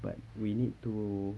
but we need to